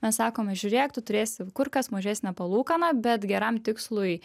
mes sakome žiūrėk tu turėsi kur kas mažesnę palūkaną bet geram tikslui